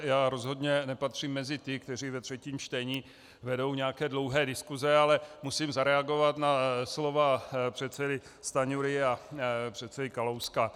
Já rozhodně nepatřím mezi ty, kteří ve třetím čtení vedou nějaké dlouhé diskuse, ale musím zareagovat na slova předsedy Stanjury a předsedy Kalouska.